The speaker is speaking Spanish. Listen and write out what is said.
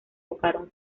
tocaron